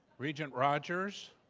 regent rogers.